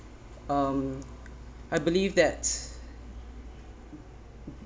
um I believe that's